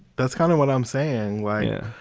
that's kind of what i'm saying why? yeah